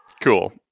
Cool